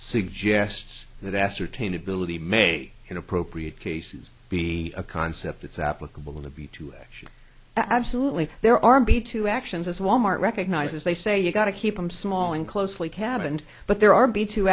suggests that ascertain ability may in appropriate cases be a concept it's applicable to be to action absolutely there are be two actions as wal mart recognizes they say you've got to keep them small and closely cabined but there are be two